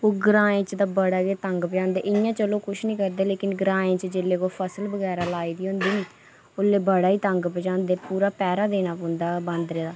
ओह् ग्राएं च ते जैदा गै तंग पजांदे इयां चलो किश निं करदे लेकिन ग्राएं च जिसलै कोई फसल हगैरा लाई दी होंदी ओल्लै बड़ा ई जैदा तंग पजांदे पूरा पैह्रा देने पौंदा बांदरें दा